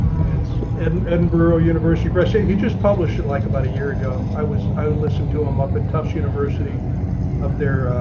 it's and bro university press, say he just published it like about a year ago i was, i listened to him up at tufts university up there.